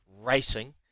racing